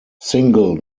single